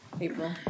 April